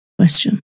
question